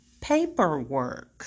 Paperwork